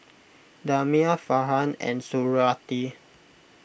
Damia Farhan and Suriawati